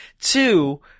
Two